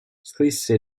scrisse